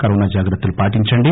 corona జాగ్రత్తలు పాటించండి